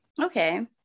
Okay